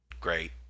great